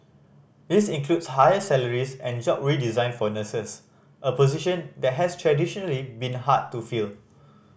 this includes higher salaries and job redesign for nurses a position that has traditionally been hard to fill